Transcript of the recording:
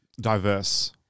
diverse